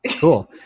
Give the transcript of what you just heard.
Cool